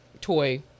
toy